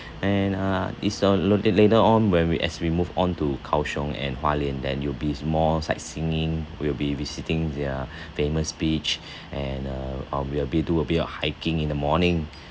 and uh is a lo~ lo~ later on when we as we move on to kaoshiung and hualien then it will be more sightseeing we will be visiting their famous beach and uh oh we will be do a bit of hiking in the morning